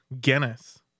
Guinness